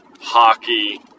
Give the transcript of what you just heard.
hockey